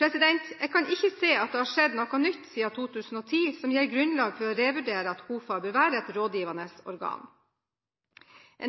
Jeg kan ikke se at det har skjedd noe nytt siden 2010 som gir grunnlag for å revurdere at KOFA bør være et rådgivende organ.